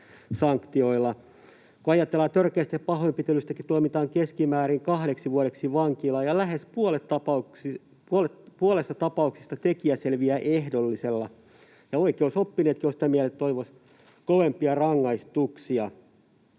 sanktioilla, kun ajatellaan, että törkeästä pahoinpitelystäkin tuomitaan keskimäärin kahdeksi vuodeksi vankilaan ja lähes puolessa tapauksista tekijä selviää ehdollisella. Oikeusoppineetkin ovat sitä mieltä, että he toivoisivat kovempia rangaistuksia.